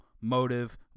motive